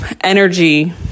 energy